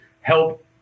help